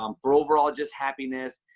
um for overall just happiness.